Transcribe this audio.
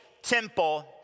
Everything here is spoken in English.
Temple